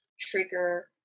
trigger